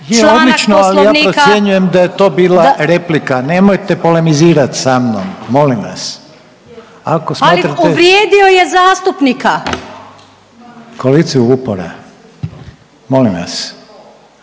Je odlično, ali ja procjenjujem da je to bila replika. Nemojte polemizirat sa mnom molim vas! …/Upadica Vupora-Antolić: Ali uvrijedio je zastupnika!/… Kolegice Vupora, molim vas!